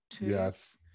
yes